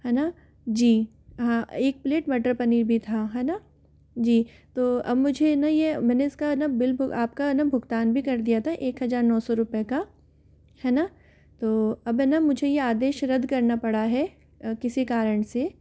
हैना जी हाँ एक प्लेट मटर पनीर भी था हैना जी तो अब मुझे न यह मैंने इसका हैना बिल आपका हैना भुगतान भी कर दिया था एक हज़ार नौ सौ रुपये का हैना तो अब हैना मुझे ये आदेश रद्द करना पड़ रहा है किसी कारण से